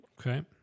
Okay